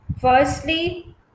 firstly